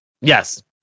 yes